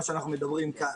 מה שאנחנו מדברים כאן.